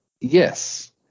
Yes